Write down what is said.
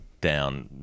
down